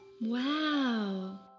Wow